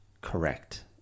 correct